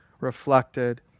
reflected